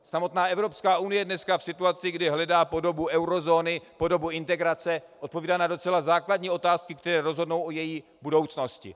Samotná Evropská unie je dneska v situaci, kdy hledá podobu eurozóny, podobu integrace, odpovídá na docela základní otázky, které rozhodnou o její budoucnosti.